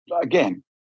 again